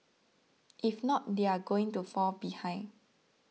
if not they are going to fall behind